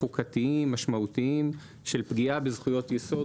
חוקתיים משמעותיים של פגיעה בזכויות יסוד,